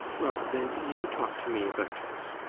well, then, you talk to me about it.